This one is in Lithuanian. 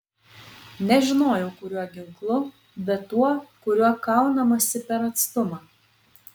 nežinojau kuriuo ginklu bet tuo kuriuo kaunamasi per atstumą